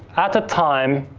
at the time,